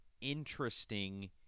interesting